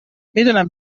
میدونم